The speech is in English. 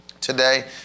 today